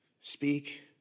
speak